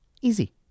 Easy